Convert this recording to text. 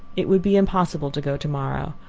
it would be impossible to go to-morrow.